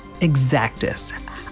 Exactus